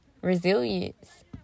Resilience